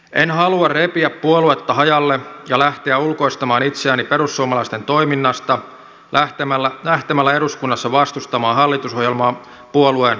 en halua repiä puoluetta hajalle ja lähteä ulkoistamaan itseäni perussuomalaisten toiminnasta lähtemällä eduskunnassa vastustamaan hallitusohjelmaa puolueen päätöksen jälkeen